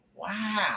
Wow